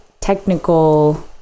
technical